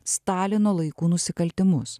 stalino laikų nusikaltimus